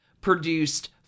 produced